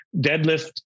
deadlift